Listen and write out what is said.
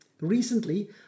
Recently